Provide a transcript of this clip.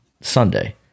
Sunday